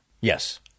Yes